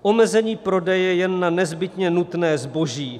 Omezení prodeje jen na nezbytně nutné zboží.